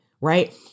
right